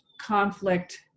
conflict